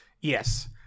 yes